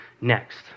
next